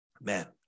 Man